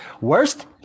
Worst